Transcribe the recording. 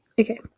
Okay